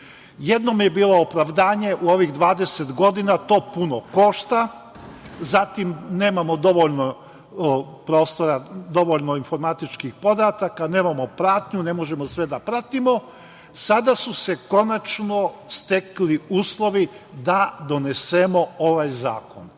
Jednom je bilo opravdanje u ovih 20 godina – to puno košta, zatim, nemamo dovoljno informatičkih podataka, nemamo pratnju, ne možemo sve da pratimo. Sada su se konačno stekli uslovi da donesemo ovaj zakon.